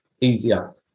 easier